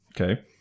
okay